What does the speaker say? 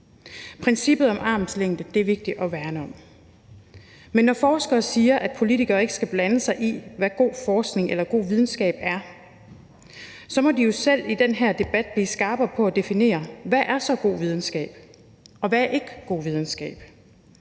Princippet om armslængde er vigtigt at værne om. Men når forskere siger, at politikere ikke skal blande sig i, hvad god forskning eller god videnskab er, må de jo selv i den her debat bliver skarpere på at definere, hvad god videnskab så er, og hvad der ikke er god videnskab.